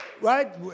Right